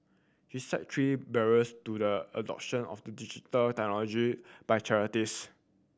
she cited three barriers to the adoption of the digital technology by charities